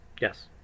yes